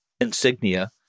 insignia